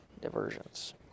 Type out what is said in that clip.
diversions